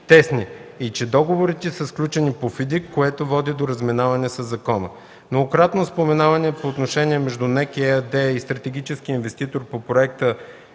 тесни, и че договорите са сключени по ФИДИК, което води до разминаване със закона. Многократното споменаване на отношенията между НЕК – ЕАД и стратегическия инвеститор по проекта